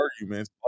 arguments